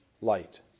light